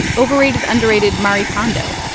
overrated underrated marie kondo